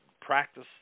practice